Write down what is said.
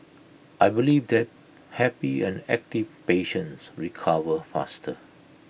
I believe that happy and active patients recover faster